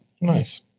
nice